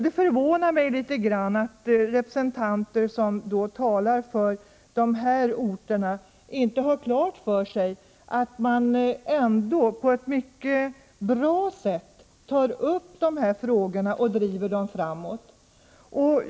Det förvånar mig litet grand att representanter som talar för dessa orter inte har klart för sig att dessa frågor tas upp på ett mycket bra sätt och drivs framåt.